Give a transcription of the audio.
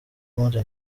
mount